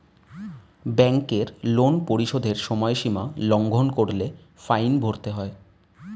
ব্যাংকের লোন পরিশোধের সময়সীমা লঙ্ঘন করলে ফাইন ভরতে হয়